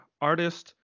artist